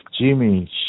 Jimmy